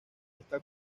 esta